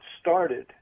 started